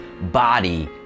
body